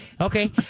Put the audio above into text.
Okay